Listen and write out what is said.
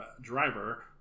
driver